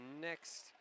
next